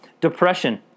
Depression